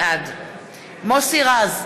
בעד מוסי רז,